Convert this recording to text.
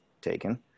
taken